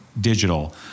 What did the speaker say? digital